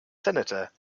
senator